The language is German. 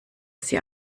sie